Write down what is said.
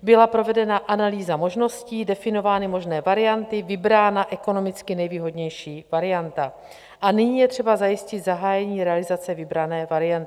Byla provedena analýza možností, definovány možné varianty, vybrána ekonomicky nejvýhodnější varianta a nyní je třeba zajistit zahájení realizace vybrané varianty.